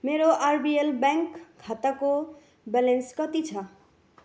मेरो RBL bank खाताको balance कति छ